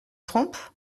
trompe